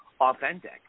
authentic